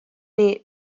nii